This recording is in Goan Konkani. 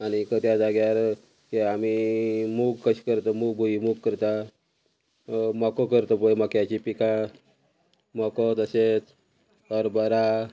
आनीक त्या जाग्यार हे आमी मूग कशें करता मूग मूग मूग करता मोको करता भय मोक्याची पिकां मोको तशेंच हरबरा